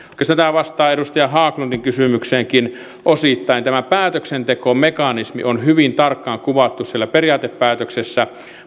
oikeastaan tämä vastaa edustaja haglundin kysymykseenkin osittain tämä päätöksentekomekanismi on hyvin tarkkaan kuvattu siellä periaatepäätöksessä